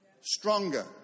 stronger